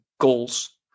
goals